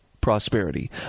prosperity